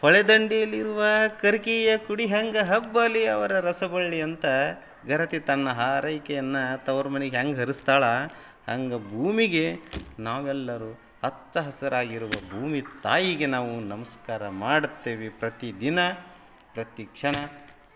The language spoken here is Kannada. ಹೊಳೆ ದಂಡೆಯಲ್ಲಿರುವ ಕರ್ಕಿಯ ಕುಡಿಹಂಗೆ ಹಬ್ಬಲಿ ಅವರ ರಸಬಳ್ಳಿ ಅಂತ ಗರತಿ ತನ್ನ ಹಾರೈಕೆಯನ್ನು ತವ್ರ ಮನೆಗ್ ಹೆಂಗ್ ಹರಸ್ತಾಳೋ ಹಂಗೆ ಭೂಮಿಗೆ ನಾವೆಲ್ಲರೂ ಹಚ್ಚ ಹಸಿರಾಗಿರುವ ಭೂಮಿತಾಯಿಗೆ ನಾವು ನಮಸ್ಕಾರ ಮಾಡ್ತೇವೆ ಪ್ರತಿ ದಿನ ಪ್ರತಿ ಕ್ಷಣ